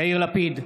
יאיר לפיד,